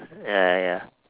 ya ya